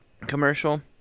Commercial